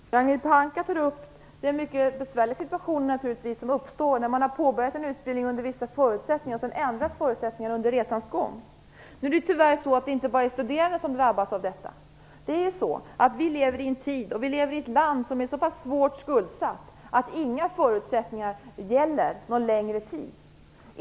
Herr talman! Ragnhild Pohanka tar upp den mycket besvärliga situation som uppstår när man har påbörjat en utbildning under vissa förutsättningar och dessa under resans gång ändras. Tyvärr drabbas inte bara studerande av detta. Vi lever i en sådan tid och i ett land som är så skuldsatt att inga förutsättningar gäller någon längre tid.